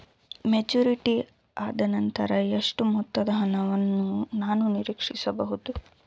Maturity ಆದನಂತರ ಎಷ್ಟು ಮೊತ್ತದ ಹಣವನ್ನು ನಾನು ನೀರೀಕ್ಷಿಸ ಬಹುದು?